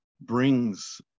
brings